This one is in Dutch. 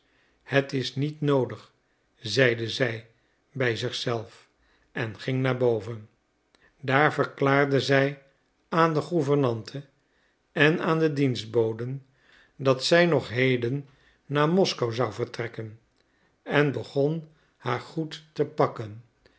het is niet noodig zeide zij bij zich zelf en ging naar boven daar verklaarde zij aan de gouvernante en aan de dienstboden dat zij nog heden naar moskou zou vertrekken en begon haar goed te pakken